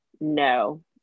no